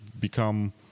become